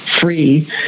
free